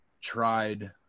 tried